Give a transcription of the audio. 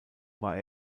war